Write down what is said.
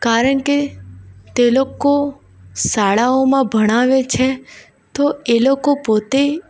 કારણ કે તે લોકો શાળાઓમાં ભણાવે છે તો એ લોકો પોતે